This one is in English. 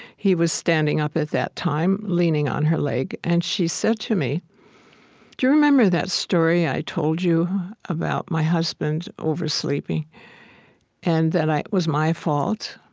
he was standing up at that time, leaning on her leg. and she said to me, do you remember that story i told you about my husband oversleeping and that it was my fault?